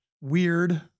weird